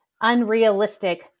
unrealistic